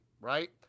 right